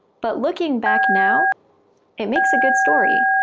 but looking back now it makes a good story!